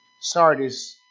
Sardis